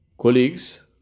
colleagues